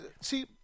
see